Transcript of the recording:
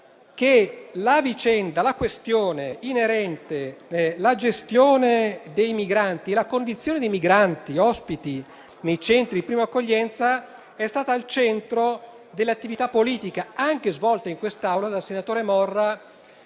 la questione inerente alla gestione dei migranti e alla condizione dei migranti ospiti nei centri di prima accoglienza è stata al centro dell'attività politica svolta anche in quest'Aula dal senatore Morra